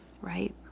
Right